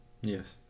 Yes